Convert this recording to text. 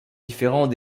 différent